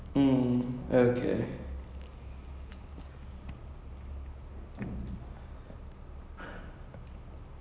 அவன் வந்து:avan vanthu like he's like a hybrid no like a half bred thing I think like one